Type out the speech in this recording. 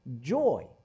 Joy